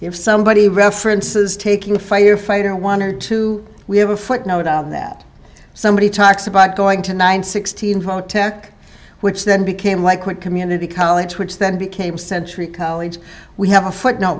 if somebody references taking a firefighter one or two we have a footnote on that somebody talks about going to nine sixteen hotel which then became like white community college which then became century college we have a footnote